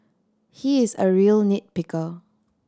he is a real nit picker